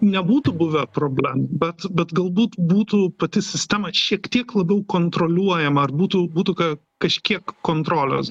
nebūtų buvę problemų bet bet galbūt būtų pati sistema šiek tiek labiau kontroliuojama ar būtų būtų ka kažkiek kontrolės